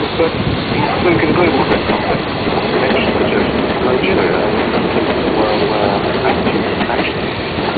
but he spoke in a global event context he mentioned the church in nigeria and places in the world where attitudes and actions,